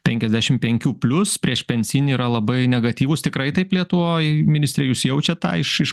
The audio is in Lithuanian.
penkiasdešim penkių plius priešpensijinį yra labai negatyvus tikrai taip lietuvoj ministre jūs jaučiat tą iš iš